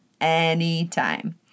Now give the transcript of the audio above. anytime